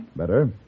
better